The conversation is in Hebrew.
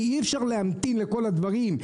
כי אי אפשר להמתין לכל הדברים,